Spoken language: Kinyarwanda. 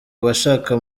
bashaka